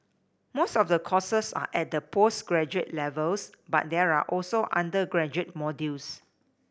most of the courses are at the postgraduate levels but there are also undergraduate modules